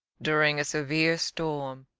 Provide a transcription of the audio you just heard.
during a severe storm,